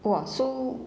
!wah! so